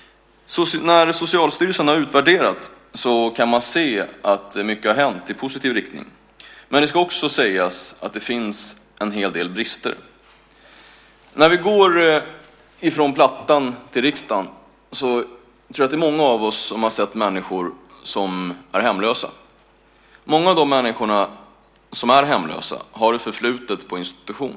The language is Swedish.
När Socialstyrelsen har utvärderat kan man se att mycket har hänt i positiv riktning. Men det ska också sägas att det finns en hel del brister. När vi gått från Plattan till riksdagen tror jag att det är många av oss som har sett människor som är hemlösa. Många av de människor som är hemlösa har ett förflutet på institution.